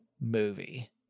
movie